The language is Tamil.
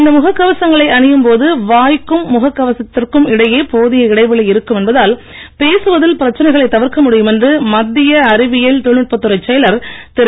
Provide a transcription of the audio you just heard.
இந்த முகக் கவசங்களை அணியும் போது வாய்க்கும் முகக் கவசத்திற்கும் இடையே போதிய இடைவெளி இருக்கும் என்பதால் பேசுவதில் பிரச்சனைகளை தவிர்க்க முடியும் என்று மத்திய அறிவியல் தொழில்நுட்பத்துறைச் செயலர் திரு